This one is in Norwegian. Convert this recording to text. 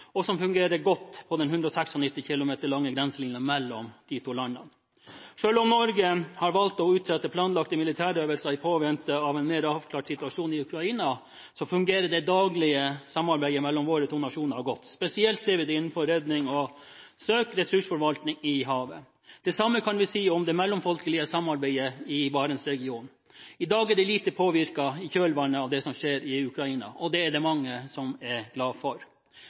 og det fungerer godt på den 196 km lange grenselinjen mellom de to landene. Selv om Norge har valgt å utsette planlagte militærøvelser i påvente av en mer avklart situasjon i Ukraina, fungerer det daglige samarbeidet mellom våre to nasjoner godt. Spesielt ser vi det innenfor redning og søk og ressursforvaltningen i havet. Det samme kan vi si om det mellomfolkelige samarbeidet i Barentsregionen. I dag påvirkes det lite av det som skjer i kjølvannet av Ukraina. Det er det mange som er glade for.